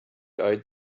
eyed